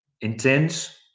intense